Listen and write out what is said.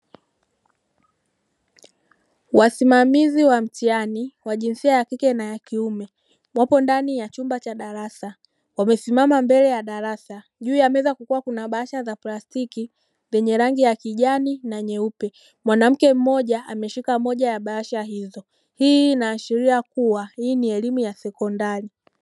Wasimamizi wa mtihani wa jinsia ya kike na ya kiume wapo ndani ya chumba cha darasa wamesimama mbele ya darasa, juu ya meza kukiwa kuna bahasha za plastiki zenye rangi ya kijani na nyeupe mwanamke mmoja ameshika moja ya bahasha hizo hii inaashiria kuwa hii ni elimu ya sekondari.